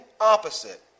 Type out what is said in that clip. opposite